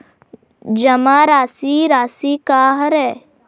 जमा राशि राशि का हरय?